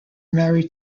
married